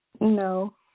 No